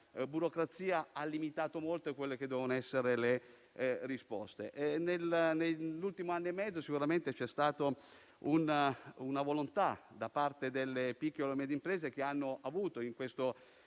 la burocrazia ha limitato molto le risposte. Nell'ultimo anno e mezzo sicuramente c'è stata una volontà da parte delle piccole e medie imprese, che hanno avuto nel superbonus